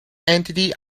entity